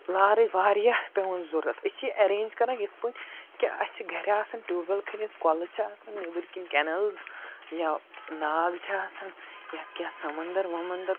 لارَے واریاہ پٮ۪وان ضوٚرَتھ أسۍ چھِ اٮ۪رینٛج کَران یِتھ پٲٹھۍ کہِ اَسہِ چھِ گَرِ آسان ٹیوٗب وٮ۪ل کھٔنِتھ کۄلہٕ چھِ آسان أنٛدٕرۍ کِنۍ کٮ۪نالٕز یا ناگ چھِ آسان یا کینٛہہ سمندر ومندر